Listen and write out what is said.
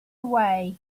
away